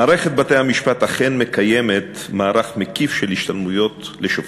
מערכת בתי-המשפט אכן מקיימת מערך מקיף של השתלמויות לשופטים.